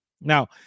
Now